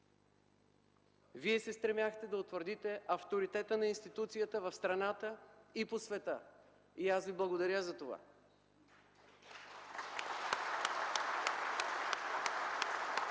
Вие се стремяхте да утвърдите авторитета на институцията в страната и по света. И аз Ви благодаря за това!